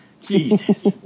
Jesus